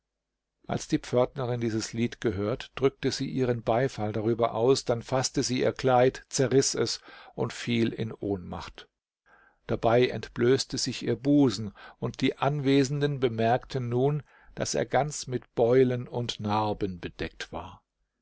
als die pförtnerin dieses lied gehört drückte sie ihren beifall darüber aus dann faßte sie ihr kleid zerriß es und fiel in ohnmacht dabei entblößte sich ihr busen und die anwesenden bemerkten nun daß er ganz mit beulen und narben bedeckt war